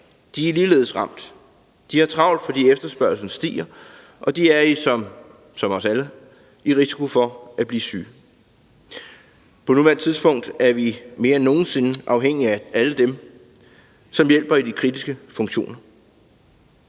De er ligeledes ramt. De har travlt, fordi efterspørgslen stiger, og de er som os alle i risiko for at blive syge. På nuværende tidspunkt er vi mere end nogen sinde afhængige af alle dem, som hjælper i de kritiske funktioner.